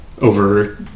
over